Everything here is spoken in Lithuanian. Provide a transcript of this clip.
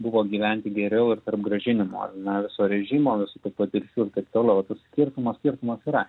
buvo gyventi geriau ir tarp grąžinimo na viso režimo visų tų patirčių ir taip toliau o tas skirtumas skirtumas yra